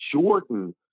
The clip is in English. Jordan